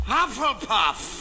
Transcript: Hufflepuff